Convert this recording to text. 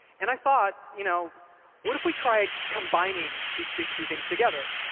and i thought, you know what if we tried combining these two two things together?